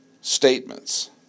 statements